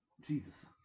Jesus